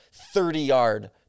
30-yard